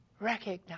recognize